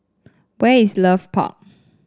where is Leith Park